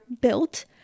built